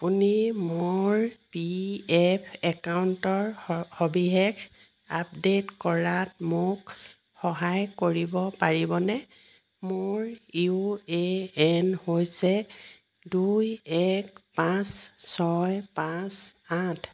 আপুনি মোৰ পিএফ একাউণ্টৰ সৰ সবিশেষ আপডে'ট কৰাত মোক সহায় কৰিব পাৰিবনে মোৰ ইউ এ এন হৈছে দুই এক পাঁচ ছয় পাঁচ আঠ